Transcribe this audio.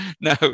No